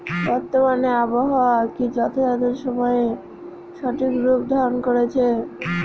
বর্তমানে আবহাওয়া কি যথাযথ সময়ে সঠিক রূপ ধারণ করছে?